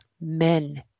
men